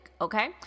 Okay